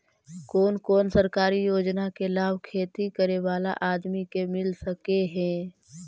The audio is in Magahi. कोन कोन सरकारी योजना के लाभ खेती करे बाला आदमी के मिल सके हे?